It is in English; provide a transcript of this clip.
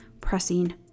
pressing